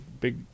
big